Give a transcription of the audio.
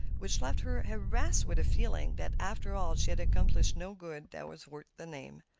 which left her harassed with a feeling that, after all, she had accomplished no good that was worth the name.